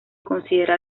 considera